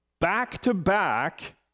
back-to-back